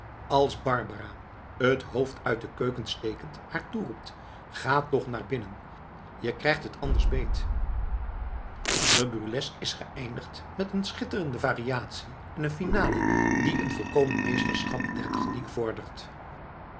als barbara het hoofd uit de keuken stekend haar toeroept ga toch naar binnen je krijgt het anders beet de burlesque is geëindigd met een schitterende variatie en een finale die een volkomen meesterschap der techniek vordert